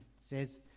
says